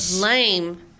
Lame